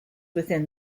within